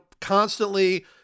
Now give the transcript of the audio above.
constantly